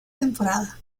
temporada